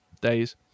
days